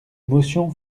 motion